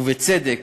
ובצדק,